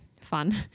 fun